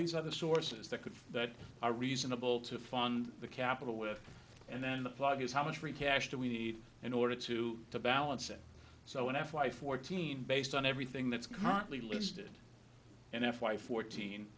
these other sources that could that are reasonable to fund the capital with and then the plot is how much free cash do we need in order to to balance it so in f y fourteen based on everything that's currently listed and f y fourteen